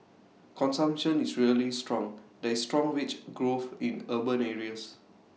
consumption is really strong there is strong wage growth in urban areas